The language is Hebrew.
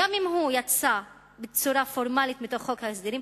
גם אם הוא יצא בצורה פורמלית מתוך חוק ההסדרים,